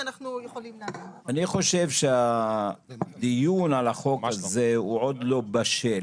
אני חושב שהדיון על החוק הזה הוא עוד לא בשל